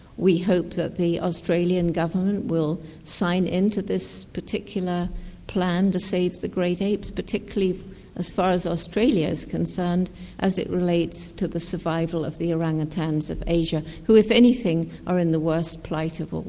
we hope that the australian government will sign in to this particular plan to save the great apes, particularly as far as australia is concerned as it relates to the survival of the orang-utans of asia who, if anything, are in the worst plight of all.